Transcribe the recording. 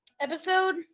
episode